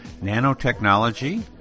nanotechnology